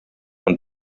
und